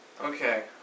Okay